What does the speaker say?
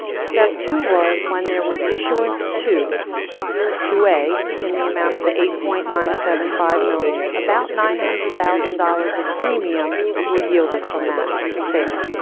step two was when there was issuance two two a, in the amount of the eight point nine seven five million dollars, about nine hundred thousand dollars of premium were yielded from that sale.